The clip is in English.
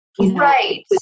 Right